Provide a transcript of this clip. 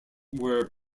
were